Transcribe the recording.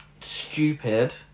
stupid